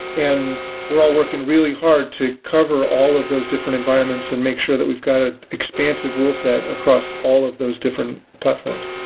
and we're all working really hard to cover all of those different environments and make sure that we've got expansive rule set across all of those different platforms.